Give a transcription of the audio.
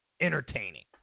entertaining